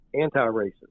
anti-racist